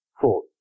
four